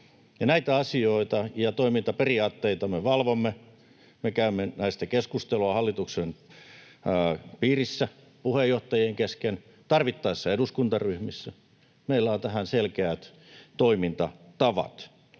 Näitä asioita ja toimintaperiaatteita me valvomme. Me käymme näistä keskustelua hallituksen piirissä, puheenjohtajien kesken, tarvittaessa eduskuntaryhmissä. Meillä on tähän selkeät toimintatavat.